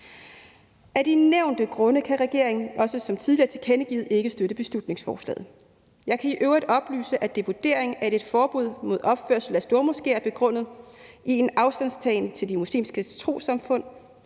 Af de nævnte grunde kan regeringen – som også tidligere tilkendegivet – ikke støtte beslutningsforslaget. Jeg kan i øvrigt oplyse, at det er vurderingen, at et forbud mod opførelse af stormoskéer begrundet i en afstandtagen til de muslimske trossamfund